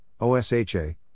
OSHA